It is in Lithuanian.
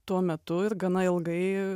tuo metu ir gana ilgai